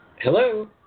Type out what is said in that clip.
hello